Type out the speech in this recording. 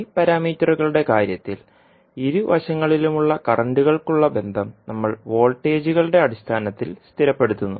y പാരാമീറ്ററുകളുടെ കാര്യത്തിൽ ഇരുവശങ്ങളിലുമുള്ള കറന്റുകൾക്കുള്ള ബന്ധം നമ്മൾ വോൾട്ടേജുകളുടെ അടിസ്ഥാനത്തിൽ സ്ഥിരപ്പെടുത്തുന്നു